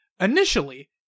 Initially